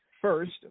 First